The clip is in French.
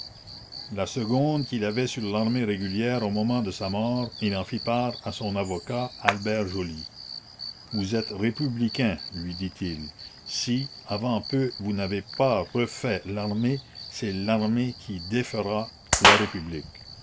la seconde qu'il avait sur l'armée régulière au moment de sa mort il en fit part à son avocat albert joly vous êtes républicain lui dit-il si avant peu vous n'avez pas refait l'armée c'est l'armée qui défera la république